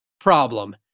problem